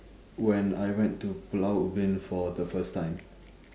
when I went to pulau ubin for the first time